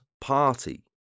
party